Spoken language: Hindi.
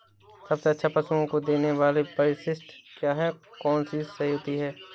सबसे अच्छा पशुओं को देने वाली परिशिष्ट क्या है? कौन सी होती है?